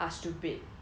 mm